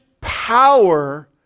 power